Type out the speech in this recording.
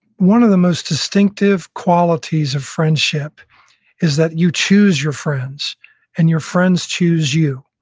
one of the most distinctive qualities of friendship is that you choose your friends and your friends choose you.